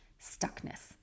stuckness